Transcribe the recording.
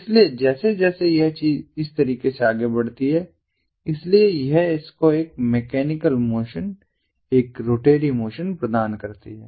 इसलिए जैसे जैसे यह चीज इस तरीके से आगे बढ़ती है इसलिए यह इसको एक मैकेनिकल मोशन एक रोटरी मोशन प्रदान करती है